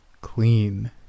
clean